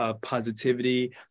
positivity